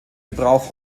gebrauch